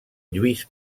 lluís